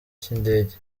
cy’indege